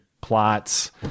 Plots